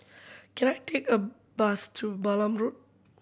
can I take a bus to Balam Road